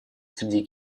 среди